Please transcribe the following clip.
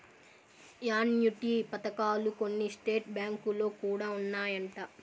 annuity పథకాలు కొన్ని state బ్యాంకులో కూడా ఉన్నాయంట